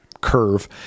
curve